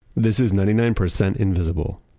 this is ninety nine percent invisible.